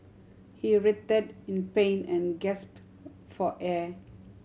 he writhed in pain and gasped for air